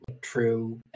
true